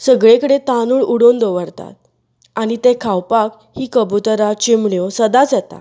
सगळी कडेन तांदूळ उडोवन दवरतां आनी ते खावपाक ही कबूतरां चिमण्यो सदांच येतात